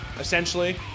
essentially